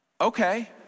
okay